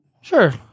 Sure